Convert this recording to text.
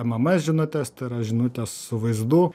mms žinutes tai yra žinutes su vaizdu